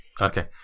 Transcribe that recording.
Okay